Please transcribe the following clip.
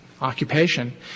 occupation